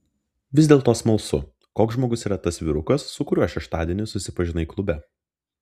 vis dėlto smalsu koks žmogus yra tas vyrukas su kuriuo šeštadienį susipažinai klube